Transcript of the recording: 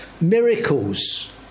miracles